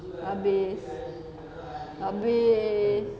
habis habis